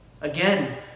Again